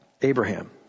Abraham